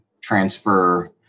transfer